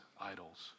idols